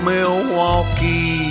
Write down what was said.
Milwaukee